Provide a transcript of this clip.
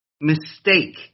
mistake